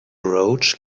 roche